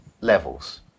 levels